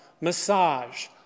massage